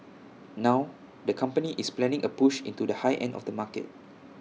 now the company is planning A push into the high end of the market